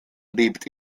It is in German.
lebt